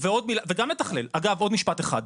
ועוד מילה, וגם לתכלל, אגב, עוד משפט אחד,